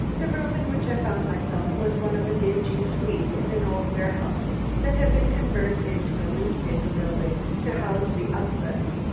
the room in which i found myself was one of a dingy suite in an old warehouse that had been converted into a newspaper building to house the uplift,